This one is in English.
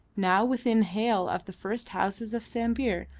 now within hail of the first houses of sambir,